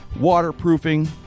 waterproofing